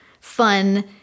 fun